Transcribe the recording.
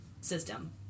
system